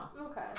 Okay